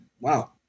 wow